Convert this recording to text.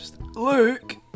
Luke